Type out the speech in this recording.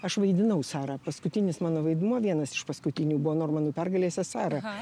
aš vaidinau sarą paskutinis mano vaidmuo vienas iš paskutinių buvo normanų pergalėse sara